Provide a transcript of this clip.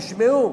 תשמעו,